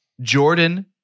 Jordan